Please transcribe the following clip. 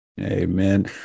Amen